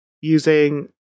using